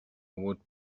would